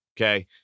Okay